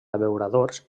abeuradors